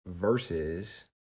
versus